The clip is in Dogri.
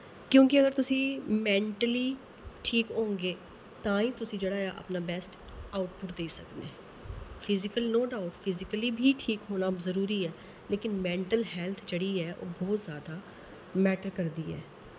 क्योंकि अगर तुसी मैंटली ठीक होगे तां ई तुसी जेह्ड़ा ऐ अपना बैस्ट आउटपुट देई सकने फिज़ीकली नो डाउट फिजीकली बी ठीक होना जरूरी ऐ लेकिन मैंटल हैल्थ जेह्ड़ी ऐ ओह् बौह्त ज्यादा मैट्टर करदी ऐ